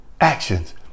actions